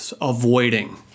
avoiding